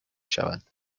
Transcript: شود